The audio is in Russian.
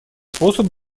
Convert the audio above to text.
способ